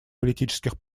политических